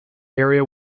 area